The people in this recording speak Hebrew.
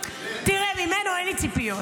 ממנו אין לי ציפיות,